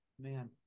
man